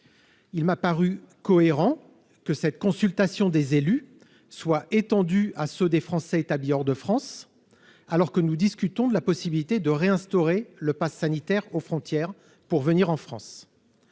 il m'a paru cohérent que cette consultation des élus soient étendus à ceux des Français établis hors de France, alors que nous discutons de la possibilité de réinstaurer le passe sanitaire aux frontières pour venir en France,